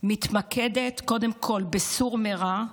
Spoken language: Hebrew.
מתמקדת קודם כול ב"סור מרע",